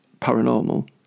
paranormal